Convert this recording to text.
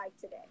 today